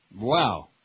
Wow